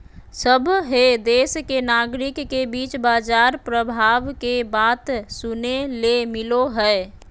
सभहे देश के नागरिक के बीच बाजार प्रभाव के बात सुने ले मिलो हय